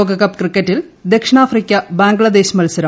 ലോകകപ്പ് ക്രിക്കറ്റിൽ ദക്ഷിണാഫ്രിക്ക ബംഗ്ലാദേശ് മത്സരം വൈകിട്ട്